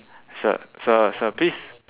sir sir sir please